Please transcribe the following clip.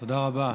תודה רבה.